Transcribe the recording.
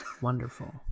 Wonderful